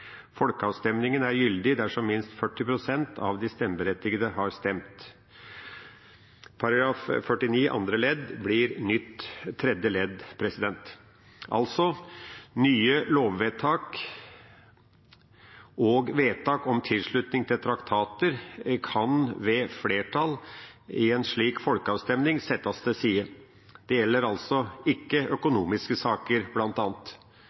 Folkeavstemningen er gyldig dersom minst 40 prosent av de stemmeberettigede har stemt. § 49 andre ledd blir nytt tredje ledd.» Nye lovvedtak og vedtak om tilslutning til traktater kan ved flertall i en slik folkeavstemning settes til side. Det gjelder altså ikke